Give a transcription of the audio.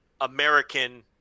American